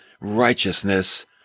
righteousness